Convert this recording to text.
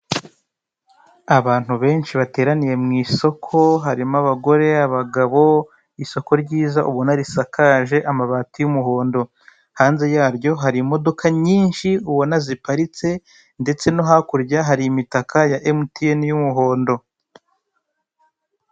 Abantu benshi bateraniye mu isoko harimo abagore, abagabo, isoko ryiza ubona risakaje amabati y'umuhondo. Hanze yaryo hari imodoka nyinshi ubona ziparitse ndetse no hakurya hari imitaka ya emutiyeni y'umuhondo.